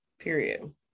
period